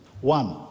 One